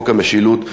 חוק המשילות,